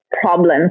problems